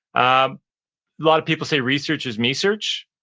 a lot of people say, researches me search,